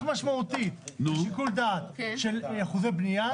משמעותית של שיקול דעת של אחוזי בנייה,